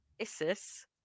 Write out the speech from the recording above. Isis